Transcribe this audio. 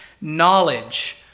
knowledge